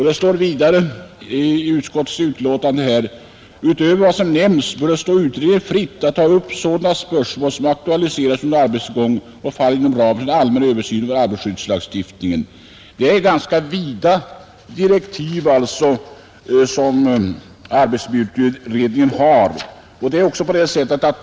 Det står vidare i anvisningarna att därutöver bör det stå utredningen fritt att ta upp sådana spörsmål som aktualiseras under arbetets gång och som faller inom ramen för en allmän översyn av arbetarskyddslagstiftningen. Det är alltså vida direktiv som arbetsmiljöutredningen har.